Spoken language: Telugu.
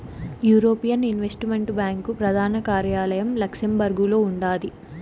యూరోపియన్ ఇన్వెస్టుమెంట్ బ్యాంకు ప్రదాన కార్యాలయం లక్సెంబర్గులో ఉండాది